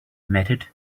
method